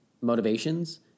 motivations